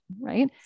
right